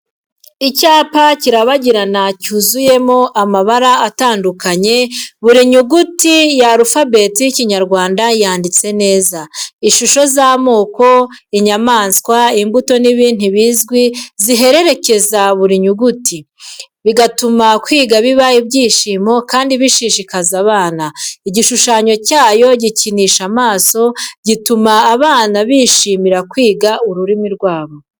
Icyapa kirabagirana cyuzuyemo amabara atandukanye, buri nyuguti ya arufabeti y’Ikinyarwanda yanditse neza. Ishusho z’amoko, inyamaswa, imbuto n’ibintu bizwi ziherekeza buri nyuguti, bigatuma kwiga biba ibyishimo kandi bishishikaje abana. Igishushanyo cyayo gikinisha amaso, gituma abana bishimira kwiga ururimi rwabo.